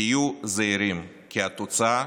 תהיו זהירים, כי התוצאה